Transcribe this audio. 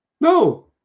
no